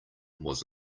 was